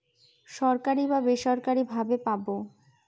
সরকারি বা বেসরকারি ভাবে পাবো